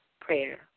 prayer